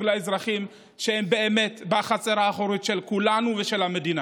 לאזרחים שהם באמת בחצר האחורית של כולנו ושל המדינה.